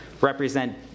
represent